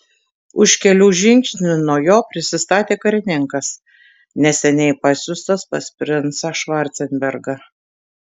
už kelių žingsnių nuo jo prisistatė karininkas neseniai pasiųstas pas princą švarcenbergą